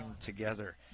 together